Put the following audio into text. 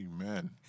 Amen